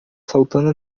saltando